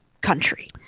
country